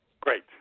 Great